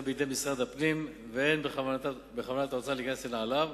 בידי משרד הפנים ואין בכוונת האוצר להיכנס לנעליו.